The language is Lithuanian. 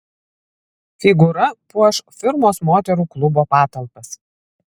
figūra puoš firmos moterų klubo patalpas